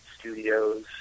studios